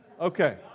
Okay